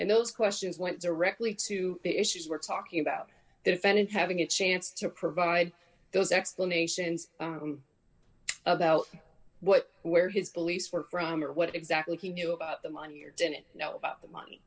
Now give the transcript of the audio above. and those questions went directly to the issues we're talking about the defendant having a chance to provide those explanations about what where his beliefs were from or what exactly he knew about the money or didn't know about the money